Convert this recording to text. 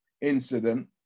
incident